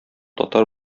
татар